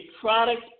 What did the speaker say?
product